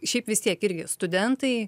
šiaip vis tiek irgi studentai